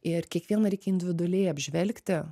ir kiekvieną reikia individualiai apžvelgti